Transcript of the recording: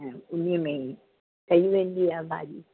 ऐं उन में ई ठही वेंदी आहे भाॼी